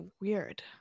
weird